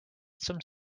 some